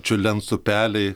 čiurlens upeliai